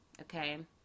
okay